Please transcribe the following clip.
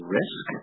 risk